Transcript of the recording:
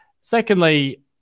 Secondly